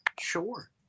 Sure